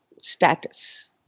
status